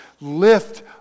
Lift